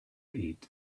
eat